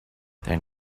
then